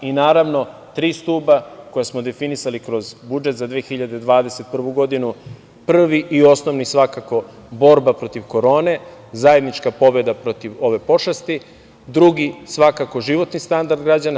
Naravno, tri stuba koje smo definisali kroz budžet za 2021. godinu, prvi i osnovni, svakako, borba protiv korone, zajednička pobeda protiv ove pošasti, drugi, svakako, životni standard građana.